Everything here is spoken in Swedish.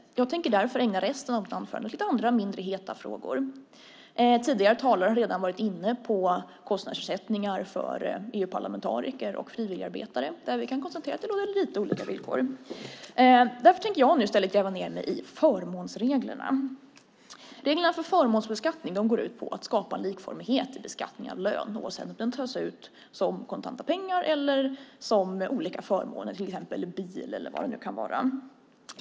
Jag tänker därför ägna resten av mitt anförande åt lite andra och mindre heta frågor. Tidigare talare har redan varit inne på kostnadsersättningar för EU-parlamentariker och frivilligarbetare, där vi kan konstatera att det råder lite olika villkor. Därför tänker jag nu i stället gräva ned mig i förmånsreglerna. Reglerna för förmånsbeskattning går ut på att skapa likformighet i beskattning av lön, oavsett om den tas ut som kontanta pengar eller som olika förmåner, till exempel bil eller vad det nu kan vara.